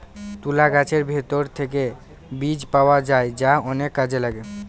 তুলা গাছের ভেতর থেকে বীজ পাওয়া যায় যা অনেক কাজে লাগে